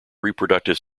reproductive